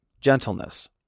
gentleness